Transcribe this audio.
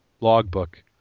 logbook